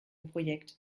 projekt